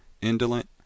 indolent